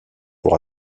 pour